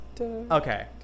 Okay